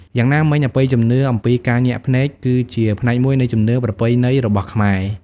យ៉ាងណាមិញ អបិយជំនឿអំពីការញាក់ភ្នែក គឺជាផ្នែកមួយនៃជំនឿប្រពៃណីរបស់ខ្មែរ។